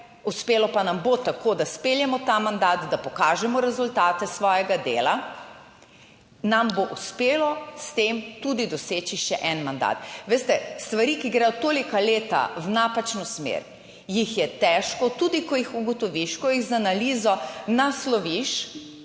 uspelo pa nam bo tako, da speljemo ta mandat, da pokažemo rezultate svojega dela, nam bo uspelo s tem tudi doseči še en mandat. Veste, stvari, ki gredo toliko leta v napačno smer, jih je težko tudi, ko jih ugotoviš, ko jih z analizo nasloviš,